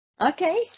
Okay